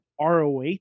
ROH